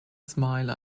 smile